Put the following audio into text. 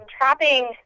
trapping